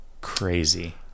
Crazy